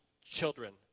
children